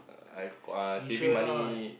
uh I uh saving money